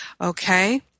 Okay